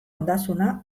ondasuna